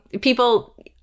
people